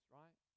right